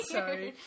sorry